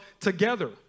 together